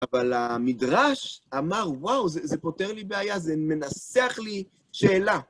אבל המדרש אמר, וואו, זה פותר לי בעיה, זה מנסח לי שאלה.